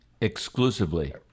Exclusively